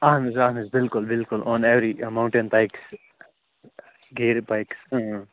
اَہَن حظ اَہَن حظ بِلکُل بِلکُل آن ایٚوریج موٹین بایِک گیٚرِ بایِکٕس ٲں